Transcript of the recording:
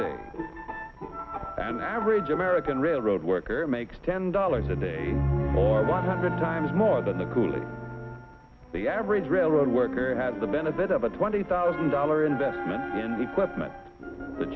an average american railroad worker makes ten dollars a day or one hundred times more than the coolidge the average railroad worker had the benefit of a twenty thousand dollar investment in equipment the